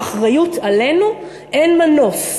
האחריות עלינו, אין מנוס.